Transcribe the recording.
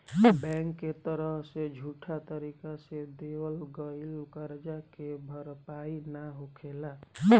bank के तरफ से झूठा तरीका से देवल गईल करजा के भरपाई ना होखेला